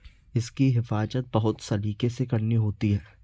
इसकी हिफाज़त बहुत सलीके से करनी होती है